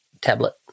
tablet